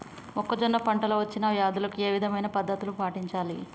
మొక్కజొన్న పంట లో వచ్చిన వ్యాధులకి ఏ విధమైన పద్ధతులు పాటించాలి?